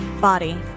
body